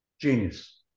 Genius